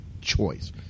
choice